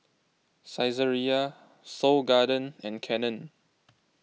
Saizeriya Seoul Garden and Canon